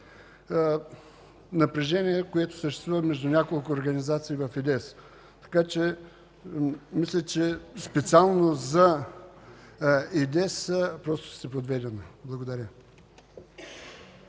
напрежение, което съществува между няколко организации в ИДЕС. Мисля, че специално за ИДЕС просто сте подведена. Благодаря.